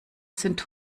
sind